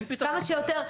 כמה שיותר.